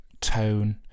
tone